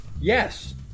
Yes